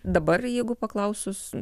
dabar jeigu paklausus